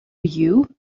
you